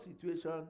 situation